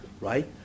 right